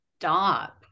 Stop